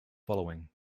following